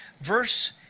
Verse